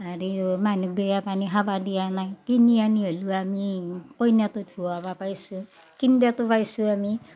হেৰি অ' মানহুক বেয়া পানী খাবা দিয়া নাই কিনি আনি হ'লিও আমি কইনাটো ধুঁৱবা পাইছোঁ কিনবাটো পাইছোঁ আমি